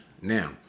Now